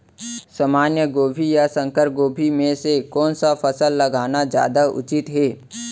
सामान्य गोभी या संकर गोभी म से कोन स फसल लगाना जादा उचित हे?